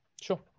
sure